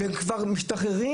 הם כבר משתחררים,